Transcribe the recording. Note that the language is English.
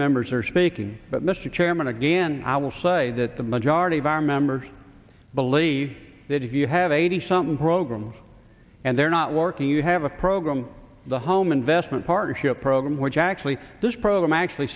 members are speaking but mr chairman again i will say that the majority of our members believe that if you have eighty some programs and they're not working you have a program the home investment partnership program which actually this program actually